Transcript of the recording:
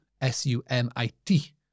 S-U-M-I-T